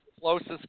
closest